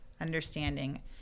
understanding